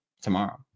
tomorrow